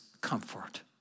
comfort